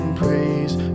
praise